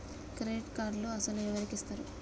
Credit కార్డులు అసలు ఎవరికి ఇస్తారు?